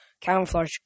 camouflage